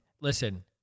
listen